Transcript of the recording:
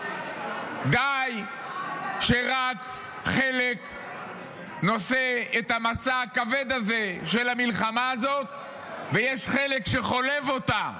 די שרק חלק נושא את המשא הכבד הזה של המלחמה הזאת ויש חלק שחולב אותה.